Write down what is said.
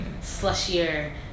slushier